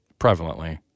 prevalently